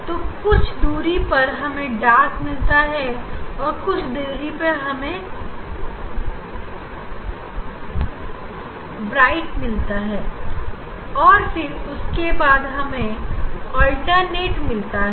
तू कुछ दूरी पर हमें डार्क मिलता है और कुछ दूरी पर हमें बी मिलता है और फिर उसके बाद हमें अल्टरनेट मिलता है